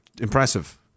impressive